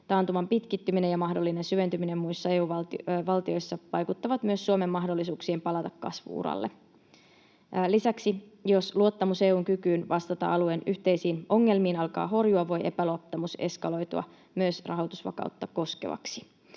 Taantuman pitkittyminen ja mahdollinen syventyminen muissa EU-valtioissa vaikuttavat myös Suomen mahdollisuuksiin palata kasvu-uralle. Lisäksi, jos luottamus EU:n kykyyn vastata alueen yhteisiin ongelmiin alkaa horjua, voi epäluottamus eskaloitua myös rahoitusvakautta koskevaksi.